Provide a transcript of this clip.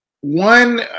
One